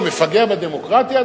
הוא מפגע בדמוקרטיה,